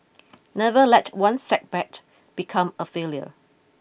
never let one setback become a failure